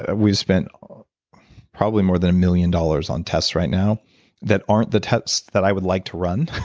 ah we spend probably more than a million dollars on tests right now that aren't the tests that i would like to run,